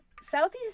Southeast